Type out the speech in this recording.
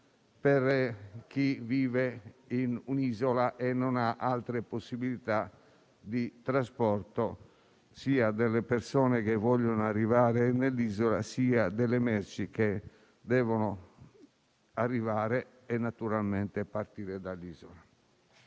per chi vive in un'isola e non ha altre possibilità di trasporto sia delle persone che vogliono giungere nell'isola, sia delle merci che devono arrivare e naturalmente partire dall'isola.